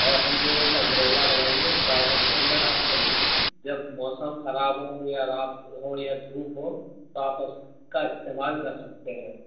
اور ہم جو ہے ایک امبریلا لگائیں گے گارڈن کے اندر آپ کے جب موسم خراب ہو یا رات ہو یا دھوپ ہو تو آپ اس کا استعمال کر سکتے ہیں